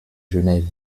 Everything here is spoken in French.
genève